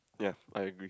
ya I agree